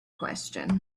question